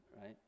right